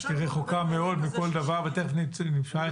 עכשיו --- היא רחוקה מאוד מכל דבר ותכף נשמע התייחסות.